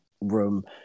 room